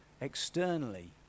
Externally